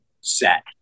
set